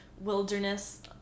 wilderness